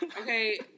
okay